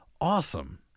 awesome